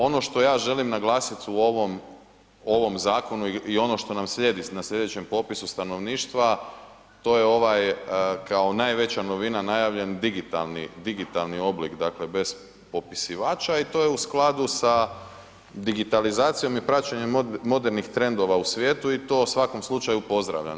Ono što ja želim naglasit u ovom zakonu i ono što nam slijedi na slijedećem popisu stanovništva, to je ovaj kao najveća novina najavljen digitalni oblik, dakle bez popisivača i to je u skladu sa digitalizacijom i praćenjem modernih trendova u svijetu i to u svakom slučaju pozdravljam.